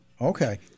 Okay